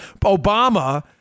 Obama